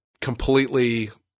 completely –